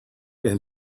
and